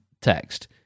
text